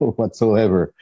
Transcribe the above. whatsoever